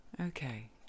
Okay